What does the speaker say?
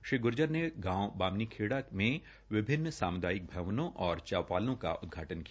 श्री गुर्जर ने गांव बामनीखेड़ा में विभिन्न मुदायिक भवनों और चौपालों का उदधाटन किया